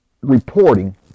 reporting